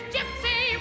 Gypsy